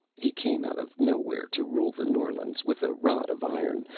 he came out of nowhere to rule the norlands with a rod of iron,